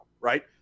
right